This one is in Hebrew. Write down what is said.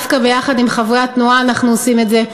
דווקא יחד עם חברי התנועה אנחנו עושים את זה,